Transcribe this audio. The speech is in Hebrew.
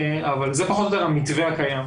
אבל זה פחות או יותר המתווה הקיים.